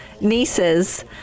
nieces